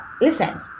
listen